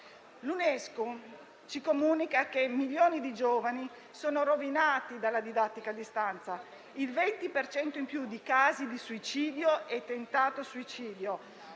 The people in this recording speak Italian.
L'UNESCO ci comunica che milioni di giovani sono rovinati dalla didattica a distanza. Si registra il 20 per cento in più di casi di suicidio e tentato suicidio.